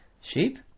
sheep